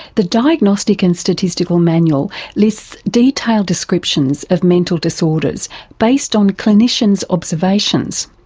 the diagnostic and statistical manual lists detailed descriptions of mental disorders based on clinicians' observations.